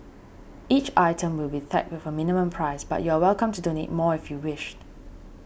each item will be tagged with a minimum price but you're welcome to donate more if you wish